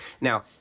Now